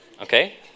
Okay